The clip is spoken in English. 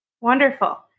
Wonderful